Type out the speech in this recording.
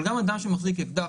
אבל גם אדם שמחזיק אקדח,